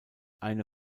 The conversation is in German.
eine